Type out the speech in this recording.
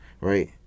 right